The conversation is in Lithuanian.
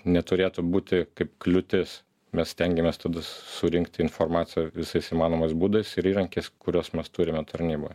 neturėtų būti kaip kliūtis mes stengiamės tada surinkti informaciją visais įmanomais būdais ir įrankiais kuriuos mes turime tarnyboj